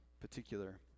particular